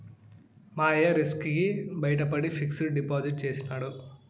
మా అయ్య రిస్క్ కి బయపడి ఫిక్సిడ్ డిపాజిట్ చేసినాడు